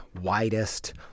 widest